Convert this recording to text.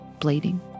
bleeding